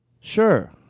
sure